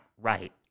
right